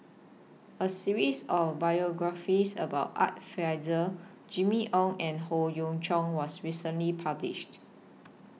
A series of biographies about Art Fazil Jimmy Ong and Howe Yoon Chong was recently published